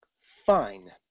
Fine